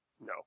No